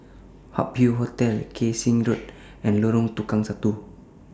Hup Hoe Hotel Kay Siang Road and Lorong Tukang Satu